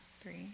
three